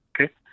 okay